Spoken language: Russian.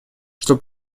что